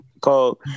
called